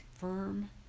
firm